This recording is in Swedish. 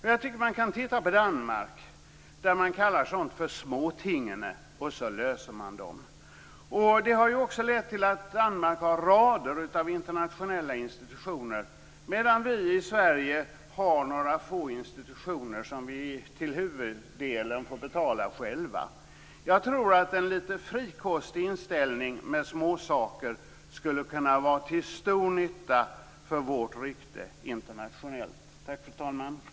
I Danmark kallar man sådant för smaatingene, och sedan löser man dem. Detta har lett till att Danmark har rader av internationella institutioner medan vi i Sverige har några få institutioner som vi till huvuddelen får betala själva. Jag tror att en lite frikostigare inställning till småsaker skulle kunna vara till stor nytta för vårt rykte internationellt. Fru talman!